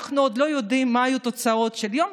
אולי יש כמה עסקים שהמשטרה הודיעה להם לסגור,